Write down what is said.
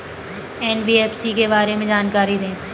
NBFC के बारे में जानकारी दें?